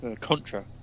Contra